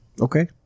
Okay